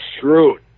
shrewd